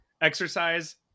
Exercise